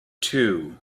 two